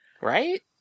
Right